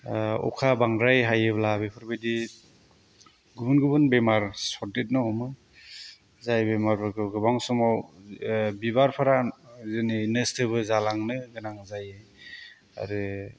अखा बांद्राय हायोब्ला बेफोरबायदि गुबुन गुबुन बेमार सन्देरनो हमो जाय बेमारफोरखौ गोबां समाव बिबारफोरा जोंनि नस्थ'बो जालांनो गोनां जायो आरो